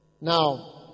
Now